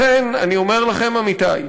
לכן אני אומר לכם, עמיתי,